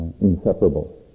inseparable